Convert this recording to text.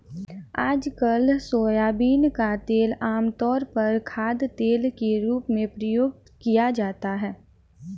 आजकल सोयाबीन का तेल आमतौर पर खाद्यतेल के रूप में प्रयोग किया जाता है